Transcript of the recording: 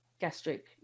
gastric